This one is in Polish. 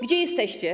Gdzie jesteście?